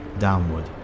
downward